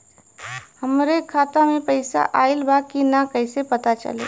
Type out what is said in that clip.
हमरे खाता में पैसा ऑइल बा कि ना कैसे पता चली?